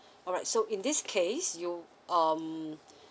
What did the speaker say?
alright so in this case you um